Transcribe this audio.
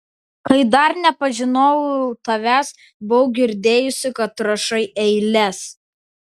kai dar nepažinojau tavęs buvau girdėjusi kad rašai eiles